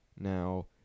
Now